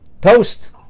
toast